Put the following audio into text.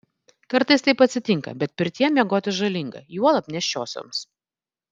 kartais taip atsitinka bet pirtyje miegoti žalinga juolab nėščiosioms